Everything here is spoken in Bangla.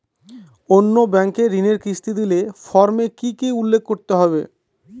অন্য ব্যাঙ্কে ঋণের কিস্তি দিলে ফর্মে কি কী উল্লেখ করতে হবে?